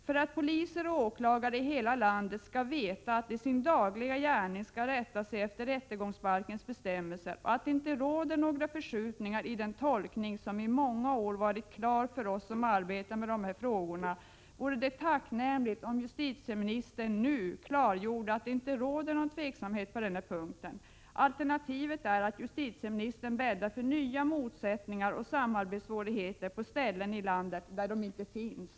För att poliser och åklagare i hela landet skall veta att de i sin dagliga gärning skall rätta sig efter rättegångsbalkens bestämmelser och att det inte råder några förskjutningar i den tolkning som i många år har varit klar för dem som arbetar med dessa frågor vore det tacknämligt om justitieministern nu klargjorde att det inte råder någon tveksamhet på denna punkt. Alternativet är att justitieministern bäddar för nya motsättningar och samarbetssvårigheter på ställen i landet där de i dag inte finns.